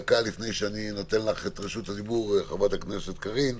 כשהולכים לפשרות המפ"איניקיות,